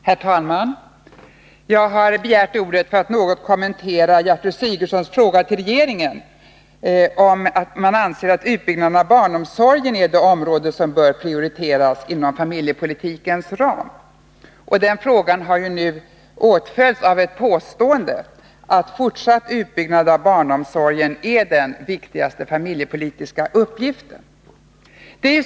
Herr talman! Jag har begärt ordet för att något kommentera Gertrud Sigurdsens fråga till regeringen om den anser att utbyggnaden av barnomsorgen är det område som bör prioriteras inom familjepolitikens ram. Den frågan har nu åtföljts av påståendet att en fortsatt utbyggnad av barnomsorgen är den viktigaste familjepolitiska uppgiften.